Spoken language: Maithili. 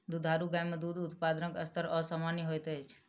दुधारू गाय मे दूध उत्पादनक स्तर असामन्य होइत अछि